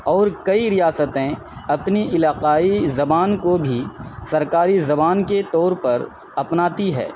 اور کئی ریاستیں اپنی علاقائی زبان کو بھی سرکاری زبان کے طور پر اپناتی ہیں